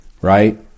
Right